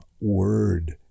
word